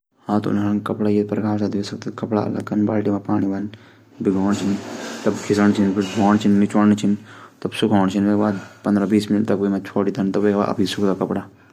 हाथ से कपडा धूनू कुणे सबसे पेली कपडो थै पाणी मा भिगै दिंदा। पाणी मा थुडा सा निरमा मिले दिंदा। फिर थोडा देर बाद हम कपडो मा हल्कू हल्कू साफ रगडदा। फिर अछू से पाणी धोकी कपडा निचोडी धूप मा सुखे दिंदा।